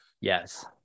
Yes